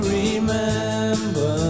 remember